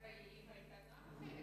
הרי לבני גם היתה בעד ההחלטה.